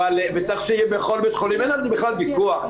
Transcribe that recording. וצריך שיהיה בכל בית חולים, אין על זה בכלל ויכוח.